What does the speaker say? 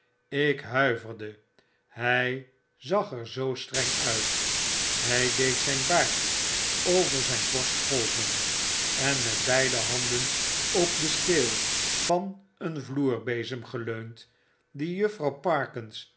ik huiverde het zag er zoo streng uit hg deed zyn baard over zgn borst golven en met beide handen op den steel van een vloerbezem geleund die